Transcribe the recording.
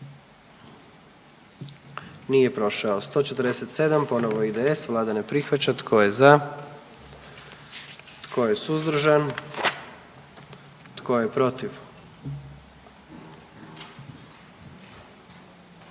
44. Kluba zastupnika SDP-a, vlada ne prihvaća. Tko je za? Tko je suzdržan? Tko je protiv?